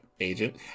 agent